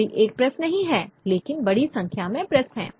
कोई एक प्रेस नहीं है लेकिन बड़ी संख्या में प्रेस हैं